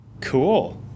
Cool